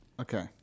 Okay